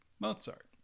Mozart